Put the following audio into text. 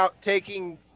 taking –